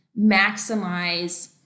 maximize